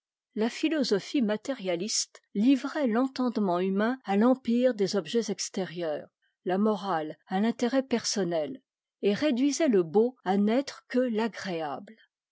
la philosophie matérialiste livrait l'entendement humain à t'empiredes objets extérieurs la morale à l'intérêt'personnel et réduisait le beau à n'être que l'agréable